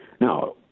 Now